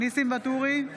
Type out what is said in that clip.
ניסים ואטורי,